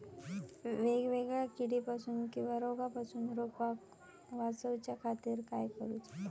वेगवेगल्या किडीपासून किवा रोगापासून रोपाक वाचउच्या खातीर काय करूचा?